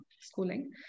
schooling